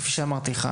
כפי שאמרתי לך,